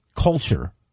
culture